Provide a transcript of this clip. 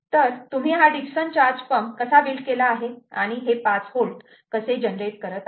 तर तुम्ही हा डिक्सन चार्ज पंप कसा बिल्ट केला आहे आणि 5 V कसे जनरेट करत आहात